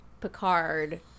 Picard